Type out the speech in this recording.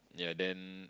yea then